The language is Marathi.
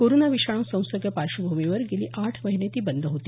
कोरोना विषाणू संसर्ग पार्श्वभूमीवर गेली आठ महिने बंद होती